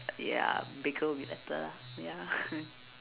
ya baker will be better lah ya